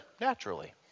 naturally